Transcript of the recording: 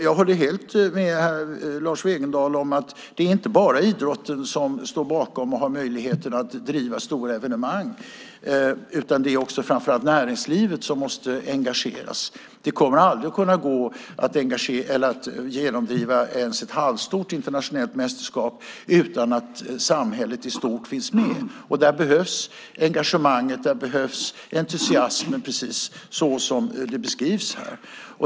Jag håller helt med Lars Wegendal om att det inte bara är idrotten som har möjligheten att stå bakom och driva stora evenemang; framför allt måste näringslivet engageras. Det kommer aldrig att gå att genomdriva ens ett halvstort internationellt mästerskap utan att samhället i stort finns med. Där behövs engagemang och entusiasm precis såsom beskrivs här.